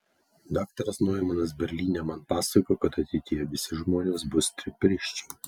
daktaras noimanas berlyne man pasakojo kad ateityje visi žmonės bus tripirščiai